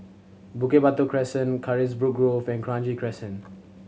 Bukit Batok Crescent Carisbrooke Grove and Kranji Crescent